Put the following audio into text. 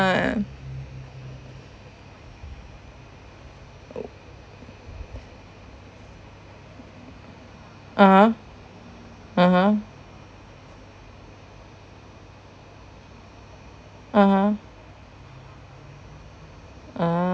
(uh huh) (uh huh) (uh huh) uh